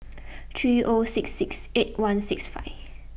three O six six eight one six five